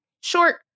short